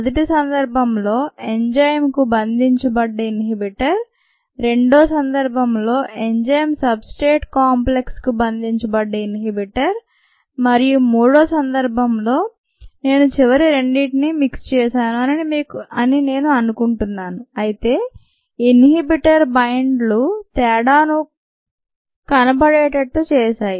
మొదటి సందర్భంలో ఎంజైమ్కు బంధించబడ్డ ఇన్హిబిటర్ రెండో సందర్భంలో ఎంజైమ్ సబ్ స్ట్రేట్ కాంప్లెక్స్ కు బంధించబడ్డ ఇన్హిబిటర్ మరియు మూడో సందర్భంలో నేను చివరి రెండింటిని మిక్స్ చేశాను అని నేను అనుకుంటున్నాను అయితే ఇన్హిబిటర్ బైండ్ లు తేడాను కనపరేట్ చేశాయి